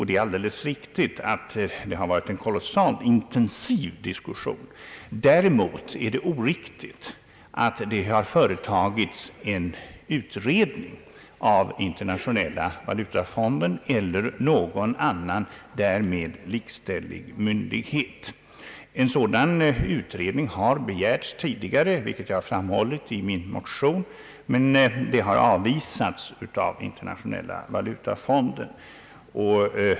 Det är alldeles riktigt att det har varit en kolossalt intensiv diskussion. Däremot är det oriktigt att påstå att det har företagits en utredning av Internationella valutafonden eller någon annan därmed likställd myndighet. En sådan utredning har begärts tidigare, vilket jag har framhållit i min motion, men har avvisats av Internationella valutafonden.